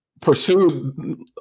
pursue